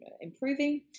improving